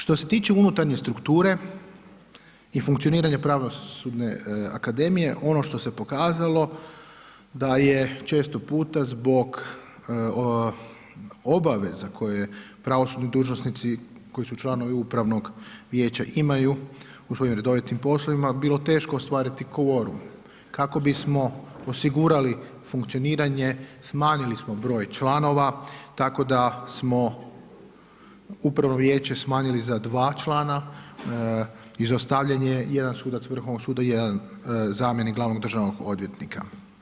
Što se tiče unutarnje strukture i funkcioniranje pravosudne akademije, ono što se je pokazalo, da je često puta zbog obaveza koje pravosudni dužnosnici, koji su članovi upravnog vijeća, imaju u svojim redovitim poslovima, bilo teško ostvariti kvorum, kako bismo osigurali funkcioniranje, smanjili smo broj članova, tako da smo upravno vijeće smanjili za dva člana, izostavljen je jedan sudac Vrhovnog suda, jedan zamjenik glavnog državnog odvjetnika.